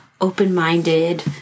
open-minded